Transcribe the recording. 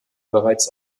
bereits